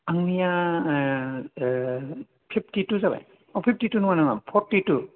आंनिया fifty two जाबाय uh fifty two नङा नङा फर्टि टु